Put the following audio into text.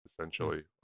essentially